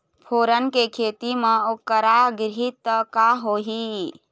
फोरन के खेती म करा गिरही त का होही?